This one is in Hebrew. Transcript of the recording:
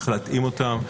צריך להתאים אותן,